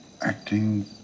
acting